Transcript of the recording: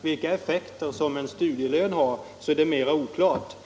Vilka effekter som en studielön har är mera oklart.